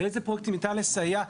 על איזה פרויקטים ניתן לסייע.